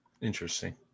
Interesting